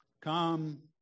Come